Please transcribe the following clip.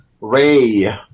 Ray